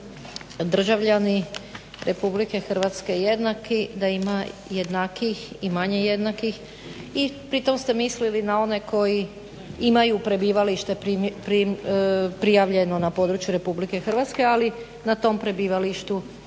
državljani RH jednaki, da ima jednakijih i manje jednakih i pri tome ste mislili na one koji imaju prebivalište prijavljeno na području RH, ali na tom prebivalištu